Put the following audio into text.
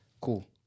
cool